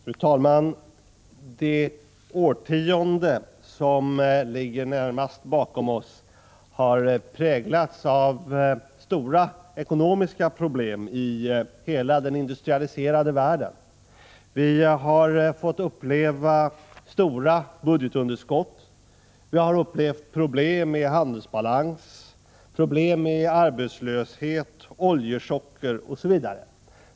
Fru talman! Det årtionde som ligger närmast bakom oss har präglats av stora ekonomiska problem i hela den industrialiserade världen. Vi har fått uppleva stora budgetunderskott, vi har upplevt problem med handelsbalans, problem med arbetslöshet, oljechocker osv.